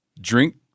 drink